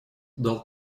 дал